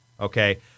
Okay